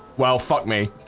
well, fuck me